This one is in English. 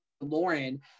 Lauren